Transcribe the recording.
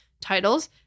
titles